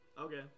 Okay